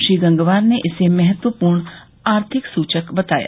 श्री गंगवार ने इसे महत्वपूर्ण आर्थिक सूचक बताया